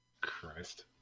Christ